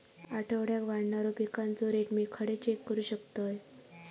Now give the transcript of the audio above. आठवड्याक वाढणारो पिकांचो रेट मी खडे चेक करू शकतय?